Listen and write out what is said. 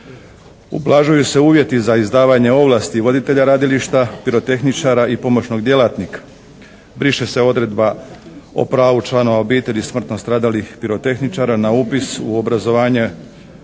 Ublažuju se uvjeti za izdavanje ovlasti voditelja radilišta, pirotehničara i pomoćnog djelatnika, briše se odredba o pravu člana obitelji smrtno stradalih pirotehničara na upis u obrazovne